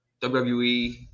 WWE